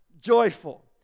joyful